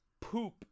poop